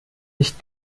nicht